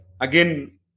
Again